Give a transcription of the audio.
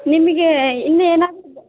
ನಿಮಗೆ ಇನ್ನೂ ಏನು